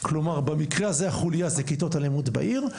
כלומר במקרה הזה החולייה זה כיתות הלימוד בעיר,